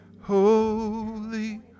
holy